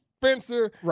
Spencer